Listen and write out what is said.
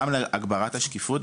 גם להגברת השקיפות.